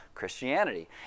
Christianity